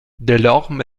delorme